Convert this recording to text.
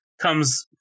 comes